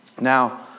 Now